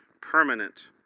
permanent